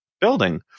building